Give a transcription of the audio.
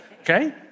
Okay